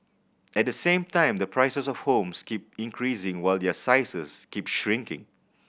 at the same time the prices of homes keep increasing while their sizes keep shrinking